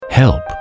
Help